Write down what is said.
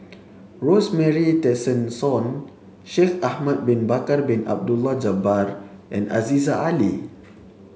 Rosemary Tessensohn Shaikh Ahmad Bin Bakar Bin Abdullah Jabbar and Aziza Ali